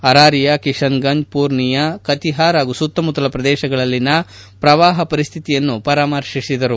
ಅರಾರಿಯಾ ಕಿಶನ್ಗಂಜ್ ಪೂರ್ನಿಯಾ ಕಿತಿಹಾರ್ ಹಾಗೂ ಸುತ್ತಮುತ್ತಲ ಪ್ರದೇಶಗಳಲ್ಲಿನ ಪ್ರವಾಹ ಪರಿಸ್ಥಿತಿಯನ್ನು ಪರಾಮರ್ಶಿಸಿದರು